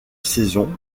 saison